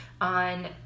on